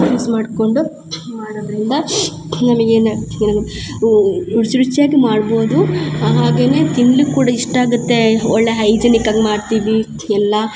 use ಮಾಡ್ಕೊಂಡು ಮಾಡದರಿಂದ ನಮಗ್ ಏನು ಆಗತ್ತೆ ಅಂತ ರುಚಿ ರುಚಿಯಾಗ ಮಾಡ್ಬೋದು ಹಾಗೇನೆ ತಿನ್ಲಿಕ್ಕೆ ಕೂಡ ಇಷ್ಟ ಆಗತ್ತೆ ಒಳ್ಳೆಯ ಹೈಜಿನಿಕ್ಕಾಗ ಮಾಡ್ತೀವಿ ಎಲ್ಲ